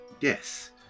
Yes